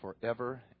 forever